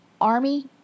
Army